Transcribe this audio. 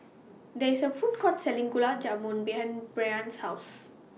There IS A Food Court Selling Gulab Jamun behind Bryana's House